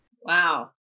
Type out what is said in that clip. Wow